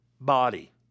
body